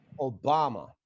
Obama